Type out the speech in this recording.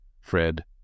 Fred